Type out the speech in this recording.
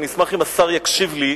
אשמח אם השר יקשיב לי,